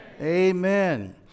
Amen